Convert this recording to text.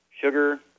sugar